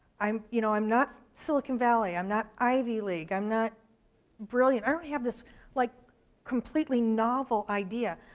i'm you know i'm not silicon valley, i'm not ivy league, i'm not brilliant. i don't have this like completely novel idea.